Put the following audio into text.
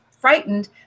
frightened